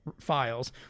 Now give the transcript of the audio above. Files